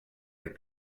like